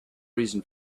reason